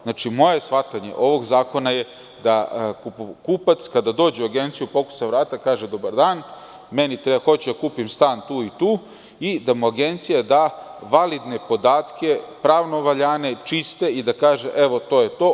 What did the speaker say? Znači, moje shvatanje ovog zakona je da kupac, kada dođe u agenciju, pokuca na vrata, kaže – dobar dan, hoću da kupim stan tu i tu, i da mu agencija da validne podatke, pravno valjane i čiste da kaže – evo to je to.